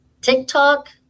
TikTok